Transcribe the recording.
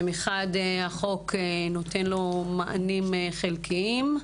שמחד, החוק נותן לו מענים חלקיים,